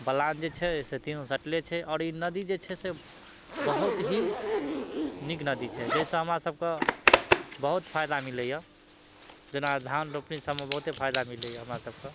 बलान जे छै से तीनो सटले छै आओर ई नदी जे छै से बहुत ही नीक नदी छै जाहिसँ हमरा सबके बहुत फायदा मिलैया जेना धान रोपनी सबमे बहुते फायदा मिलैया हमरा सबके